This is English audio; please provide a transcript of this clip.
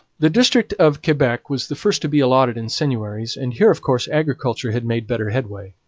the district of quebec was the first to be allotted in seigneuries, and here of course agriculture had made better headway.